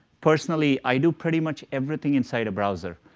personally, i do pretty much everything inside a browser.